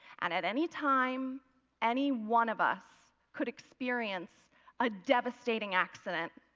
and at any time any one of us could experience a devastating accident,